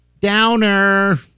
downer